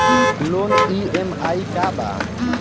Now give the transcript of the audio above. Loan EMI का बा?